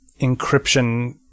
encryption